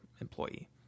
employee